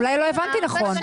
אולי לא הבנתי נכון.